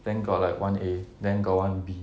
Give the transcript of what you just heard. then got like one a then got one B